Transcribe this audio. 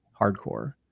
hardcore